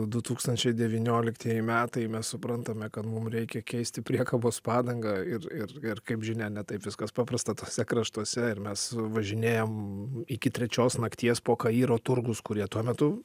du tūkstančiai devynioliktieji metai mes suprantame kad mum reikia keisti priekabos padangą ir ir ir kaip žinia ne taip viskas paprasta tuose kraštuose ir mes važinėjam iki trečios nakties po kairo turgus kurie tuo metu